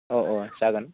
अ अ जागोन